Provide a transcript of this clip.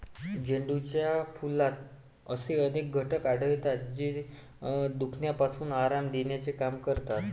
झेंडूच्या फुलात असे अनेक घटक आढळतात, जे दुखण्यापासून आराम देण्याचे काम करतात